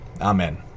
Amen